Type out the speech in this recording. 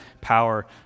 power